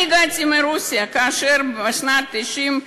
אני הגעתי מרוסיה בשנת 1990,